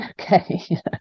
okay